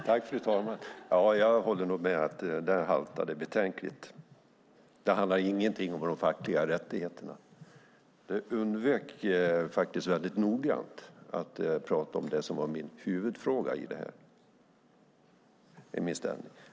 Fru talman! Jag håller nog med - där haltar det betänkligt. Erik A Eriksson sade ingenting om de fackliga rättigheterna utan undvek noggrant att prata om det som var min huvudfråga.